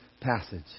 passage